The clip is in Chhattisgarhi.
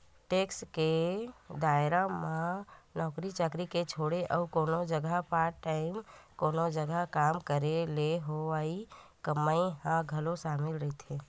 टेक्स के दायरा म नौकरी चाकरी के छोड़ अउ कोनो जघा पार्ट टाइम कोनो जघा काम करे ले होवई कमई ह घलो सामिल रहिथे